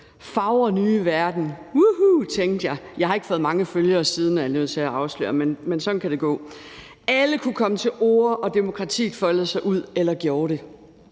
Fagre nye verden! Juhu, tænkte jeg. Jeg har ikke fået mange følgere siden, er jeg nødt til at afsløre, men sådan kan det gå. Alle kunne komme til orde, og demokratiet foldede sig ud, eller gjorde det?